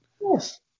Yes